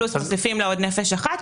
פלוס עוד נפש אחת,